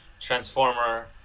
Transformer